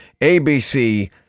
ABC